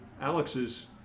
Alex's